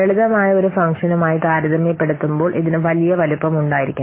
ലളിതമായ ഒരു ഫംഗ്ഷനുമായി താരതമ്യപ്പെടുത്തുമ്പോൾ ഇതിന് വലിയ വലുപ്പം ഉണ്ടായിരിക്കണം